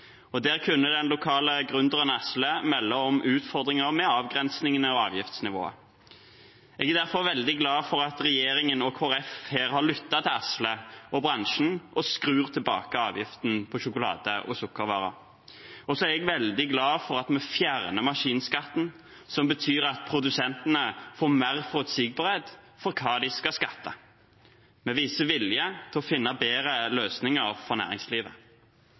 Der kunne den lokale gründeren Asle melde om utfordringer med avgrensningene og avgiftsnivået. Jeg er derfor veldig glad for at regjeringen og Kristelig Folkeparti har lyttet til Asle og bransjen, og skrur tilbake avgiften på sjokolade og sukkervarer. Jeg er også veldig glad for at vi fjerner maskinskatten, noe som betyr at produsentene får mer forutsigbarhet for hva de skal skatte. Vi viser vilje til å finne bedre løsninger for næringslivet.